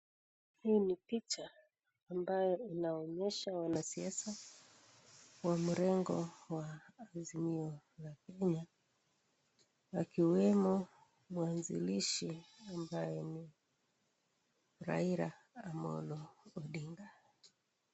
Hii ni picha ambayo inaonyesha wanasiasa wa mrengo wa azimio akiwemo mwanzilishi ambaye ni Raila Amolo Odinga.